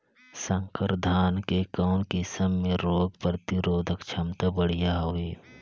संकर धान के कौन किसम मे रोग प्रतिरोधक क्षमता बढ़िया हवे?